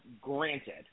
granted